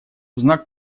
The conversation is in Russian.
знак